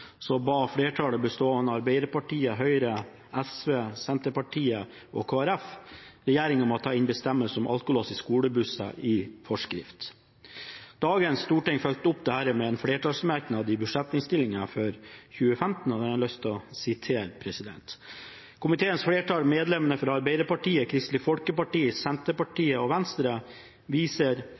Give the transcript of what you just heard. ba flertallet – bestående av Arbeiderpartiet, Høyre, SV, Senterpartiet og Kristelig Folkeparti – regjeringen om å ta inn bestemmelser om alkolås i skolebusser i forskrift. Dagens storting fulgte opp dette med en flertallsmerknad i budsjettinnstillingen for 2015, og den har jeg lyst til å sitere: «Komiteens flertall, medlemmene fra Arbeiderpartiet, Kristelig Folkeparti, Senterpartiet og Venstre, viser